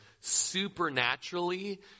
supernaturally